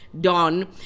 Dawn